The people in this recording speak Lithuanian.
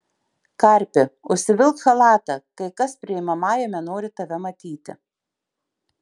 karpi užsivilk chalatą kai kas priimamajame nori tave matyti